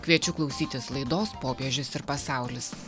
kviečiu klausytis laidos popiežius ir pasaulis